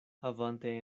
havante